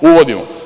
Uvodimo.